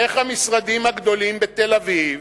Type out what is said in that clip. איך המשרדים הגדולים בתל-אביב,